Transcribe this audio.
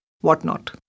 whatnot